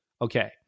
okay